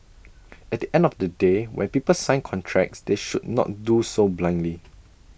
at the end of the day when people sign contracts they should not do so blindly